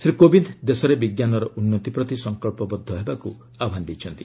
ଶ୍ରୀ କୋବିନ୍ଦ ଦେଶରେ ବିଜ୍ଞାନର ଉନ୍ନତି ପ୍ରତି ସଂକଳ୍ପବଦ୍ଧ ହେବାକୁ ଆହ୍ୱାନ ଦେଇଛନ୍ତି